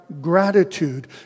gratitude